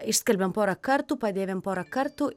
išskalbiam porą kartų padėvim porą kartų